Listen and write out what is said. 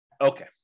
Okay